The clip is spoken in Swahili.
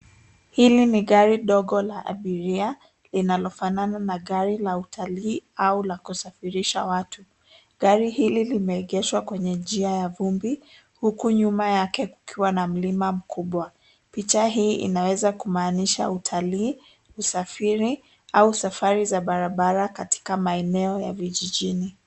Hili ni gari dogo la abiria linalofanana na gari la utalii au la kusafirisha watu. Gari hili limeegeshwa kwenye njia ya vumbi huku nyuma yake kukiwa na mlima mkubwa. Picha hii inaweza kumaanisha utalii, usafiri, au safari za barabara katika maeneo ya vijijini.